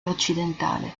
occidentale